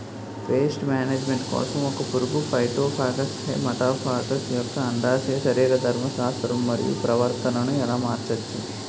Paste management కోసం ఒక పురుగు ఫైటోఫాగస్హె మటోఫాగస్ యెక్క అండాశయ శరీరధర్మ శాస్త్రం మరియు ప్రవర్తనను ఎలా మార్చచ్చు?